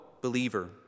believer